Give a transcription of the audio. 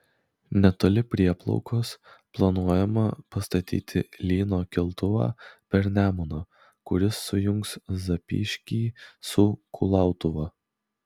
netoli prieplaukos planuojama pastatyti lyno keltuvą per nemuną kuris sujungs zapyškį su kulautuva